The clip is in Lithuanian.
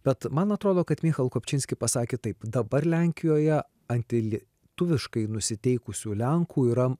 bet man atrodo kad michal kopčinski pasakė taip dabar lenkijoje antilietuviškai nusiteikusių lenkų yra